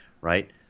right